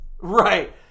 right